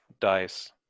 dice